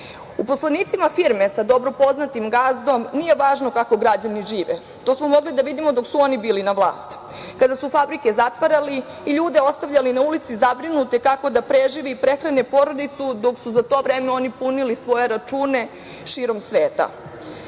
Uposlenicima firme sa vrlo dobro poznatim gazdom nije važno kako građani žive. To smo mogli da vidimo dok su oni bili na vlasti kada su fabrike zatvarali i ljude ostavljali na ulici zabrinute kako da prežive i prehrane porodicu, dok su za to vreme oni punili svoje račune širom sveta. Njima